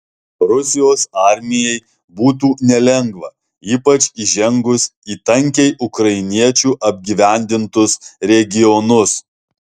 rusijos armijai būtų nelengva ypač įžengus į tankiai ukrainiečių apgyvendintus regionus